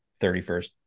31st